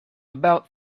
about